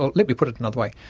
ah let me put it another way,